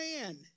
man